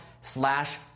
slash